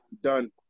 done